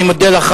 אני מודה לך.